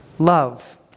Love